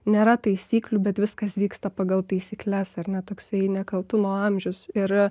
nėra taisyklių bet viskas vyksta pagal taisykles ar ne toksai nekaltumo amžius ir